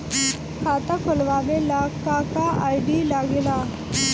खाता खोलवावे ला का का आई.डी लागेला?